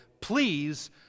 Please